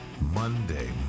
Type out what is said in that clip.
Monday